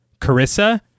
Carissa